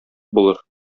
булыр